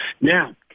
Now